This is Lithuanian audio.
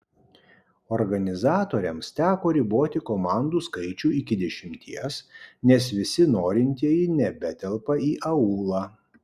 organizatoriams teko riboti komandų skaičių iki dešimties nes visi norintieji nebetelpa į aulą